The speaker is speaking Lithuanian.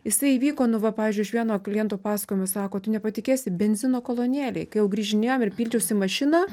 jisai įvyko nu va pavyzdžiui iš vieno kliento pasakojimo sako tu nepatikėsi benzino kolonėlėj kai jau grįžinėjom ir pildžiausi mašiną